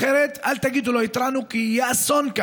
אחרת, אל תגידו שלא התרענו, כי יהיה כאן אסון.